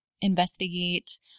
investigate